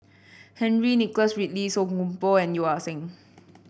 Henry Nicholas Ridley Song Koon Poh and Yeo Ah Seng